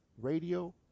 radio